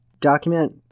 Document